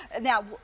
Now